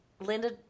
linda